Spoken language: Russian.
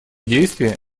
действия